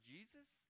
Jesus